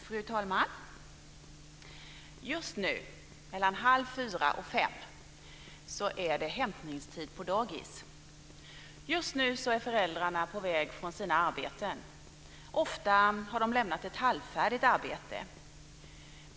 Fru talman! Just nu, mellan halv fyra och fem, är det hämtningstid på dagis. Just nu är föräldrarna på väg från sina arbeten. Ofta har de lämnat ett halvfärdigt arbete.